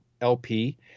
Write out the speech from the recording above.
LP